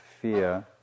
fear